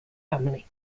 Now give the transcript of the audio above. family